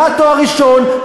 למד תואר ראשון,